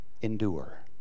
endure